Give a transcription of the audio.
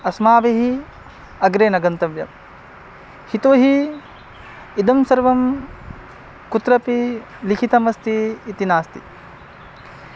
अस्माभिः अग्रे न गन्तव्यम् यतोहि इदं सर्वं कुत्रापि लिखितमस्ति इति नास्ति